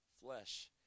flesh